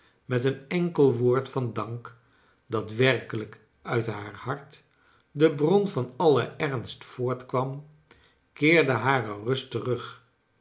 met een enkel woord van dank dat werkelrjk uit haar hart de bron van alle ernst voort kwam keerde hare rust terug